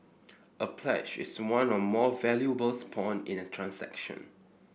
a pledge is one or more valuables pawned in a transaction